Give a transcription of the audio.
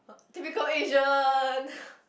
typical Asian